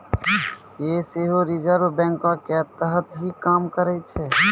यें सेहो रिजर्व बैंको के तहत ही काम करै छै